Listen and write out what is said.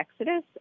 Exodus